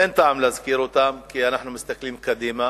ואין טעם להזכיר אותם כי אנחנו מסתכלים קדימה